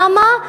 למה?